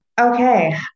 Okay